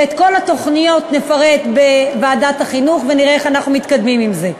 ואת כל התוכניות נפרט בוועדת החינוך ונראה איך אנחנו מתקדמים עם זה.